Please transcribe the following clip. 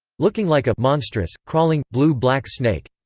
looking like a monstrous, crawling, blue-black snake'.